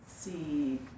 See